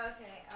Okay